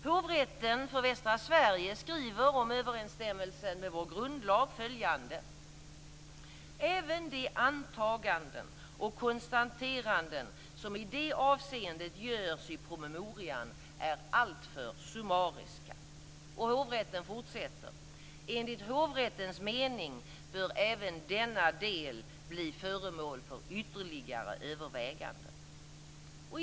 Hovrätten för Västra Sverige skriver om överensstämmelsen med vår grundlag följande: "Även de antaganden och konstateranden som i det avseendet görs i promemorian är alltför summariska." Och hovrätten fortsätter: "Enligt hovrättens mening bör även denna del bli föremål för ytterligare överväganden."